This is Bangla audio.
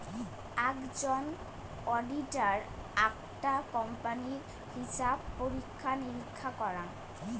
আকজন অডিটার আকটা কোম্পানির হিছাব পরীক্ষা নিরীক্ষা করাং